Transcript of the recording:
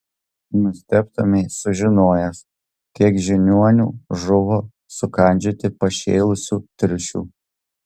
nustebtumei sužinojęs kiek žiniuonių žuvo sukandžioti pašėlusių triušių